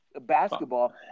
basketball